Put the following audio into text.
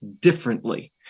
differently